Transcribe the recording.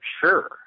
Sure